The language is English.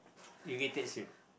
irritates you